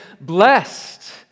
blessed